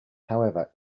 however